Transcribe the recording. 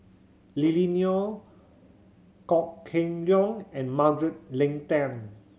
Lily Neo Kok Heng Leun and Margaret Leng Tan